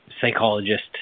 psychologist